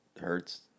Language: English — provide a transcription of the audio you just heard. Hurt's